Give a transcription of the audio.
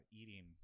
eating